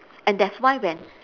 and that's why when